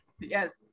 Yes